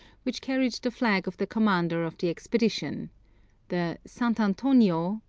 which carried the flag of the commander of the expedition the sant'-antonio,